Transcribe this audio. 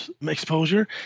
exposure